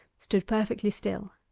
stood perfectly still.